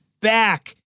back